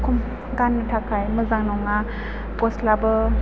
खम गाननो थाखाय मोजां नङा गस्लाबो